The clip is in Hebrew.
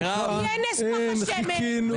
תמיד כשממשלה קמה על בסיס משהו מדברים על קווי יסוד.